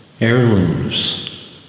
heirlooms